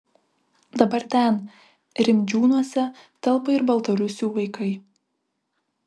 dabar ten rimdžiūnuose telpa ir baltarusių vaikai